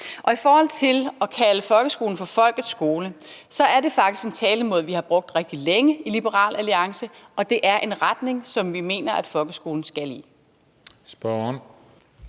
I forhold til at kalde folkeskolen for folkets skole er det faktisk en talemåde, vi har brugt rigtig længe i Liberal Alliance, og det er en retning, som vi mener at folkeskolen skal i. Kl.